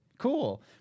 Cool